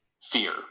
fear